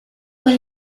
con